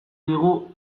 digu